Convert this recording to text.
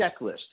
checklist